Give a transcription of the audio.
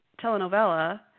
telenovela